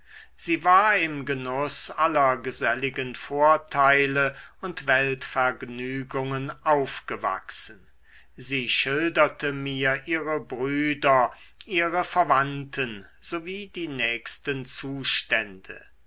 sie war im genuß aller geselligen vorteile und weltvergnügungen aufgewachsen sie schilderte mir ihre brüder ihre verwandten sowie die nächsten zustände